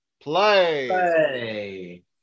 play